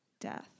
death